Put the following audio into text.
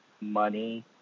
money